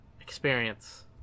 experience